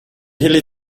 hilly